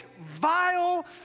vile